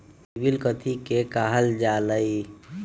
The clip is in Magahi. सिबिल कथि के काहल जा लई?